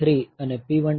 3 અને P1